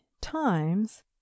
times